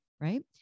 right